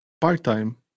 part-time